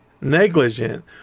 negligent